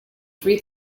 three